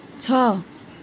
ଛଅ